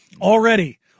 Already